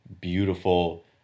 beautiful